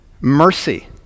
Mercy